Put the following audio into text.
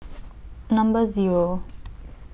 Number Zero